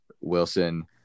Wilson